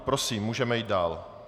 Prosím, můžeme jít dál.